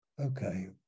okay